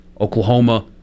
Oklahoma